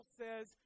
says